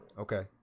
okay